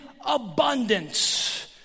abundance